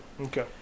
okay